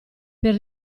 per